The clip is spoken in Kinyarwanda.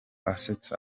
asetsa